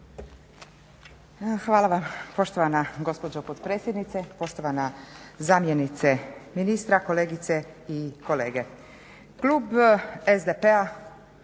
Hvala vam poštovana gospođo potpredsjednice, poštovana zamjenice ministra, kolegice i kolege. Klub SDP-a